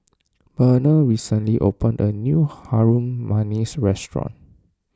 Benard recently opened a new Harum Manis restaurant